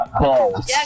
balls